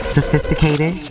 sophisticated